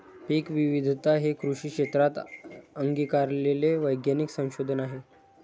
पीकविविधता हे कृषी क्षेत्रात अंगीकारलेले वैज्ञानिक संशोधन आहे